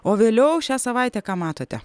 o vėliau šią savaitę ką matote